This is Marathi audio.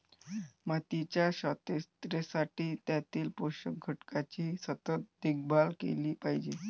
मातीच्या शाश्वततेसाठी त्यातील पोषक घटकांची सतत देखभाल केली पाहिजे